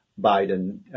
Biden